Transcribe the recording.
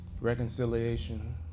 reconciliation